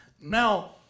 Now